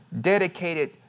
dedicated